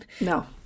No